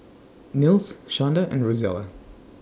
Nils Shonda and Rozella